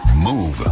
Move